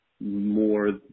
more